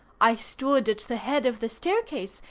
i stood at the head of the staircase,